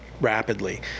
rapidly